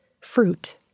fruit